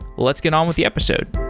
let's get on with the episode.